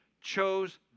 chose